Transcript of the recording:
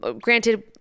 Granted